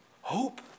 hope